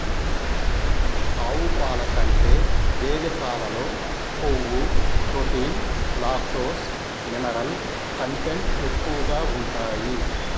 ఆవు పాల కంటే గేదె పాలలో కొవ్వు, ప్రోటీన్, లాక్టోస్, మినరల్ కంటెంట్ ఎక్కువగా ఉంటాయి